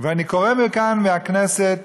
אני קורא מכאן, מהכנסת,